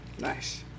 Nice